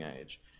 age